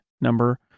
number